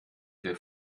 der